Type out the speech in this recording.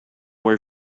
where